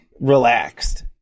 relaxed